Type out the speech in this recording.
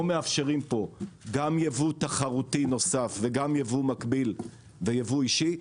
מאפשרים פה גם ייבוא תחרותי נוסף וגם ייבוא מקביל וגם ייבוא אישי,